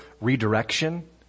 redirection